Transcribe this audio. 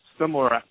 similar